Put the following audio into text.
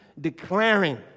declaring